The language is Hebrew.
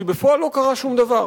כי בפועל לא קרה שום דבר.